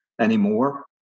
anymore